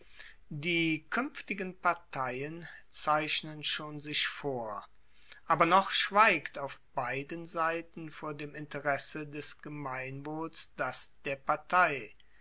die kuenftigen parteien zeichnen schon sich vor aber noch schweigt auf beiden seiten vor dem interesse des gemeinwohls das der partei